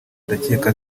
ndakeka